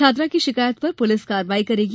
छात्रा की शिकायत पर पुलिस कार्रवाई करेगी